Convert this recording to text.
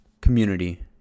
community